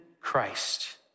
Christ